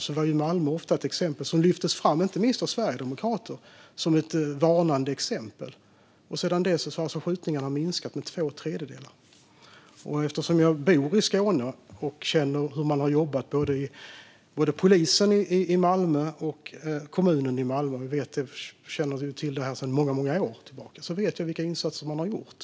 Då lyftes Malmö ofta fram, inte minst av Sverigedemokrater, som ett varnande exempel. Sedan dess har skjutningarna minskat med två tredjedelar. Jag bor i Skåne och känner till hur man har jobbat både hos polisen och i kommunen i Malmö. Jag känner till det sedan många år tillbaka. Därför vet jag vilka insatser man har gjort.